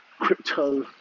crypto